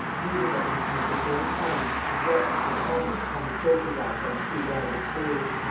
musical instruments of many kinds and weapons and armour hung trophy-wise on two ragged staves.